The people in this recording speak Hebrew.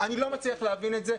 אני לא מצליח להבין את זה.